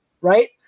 Right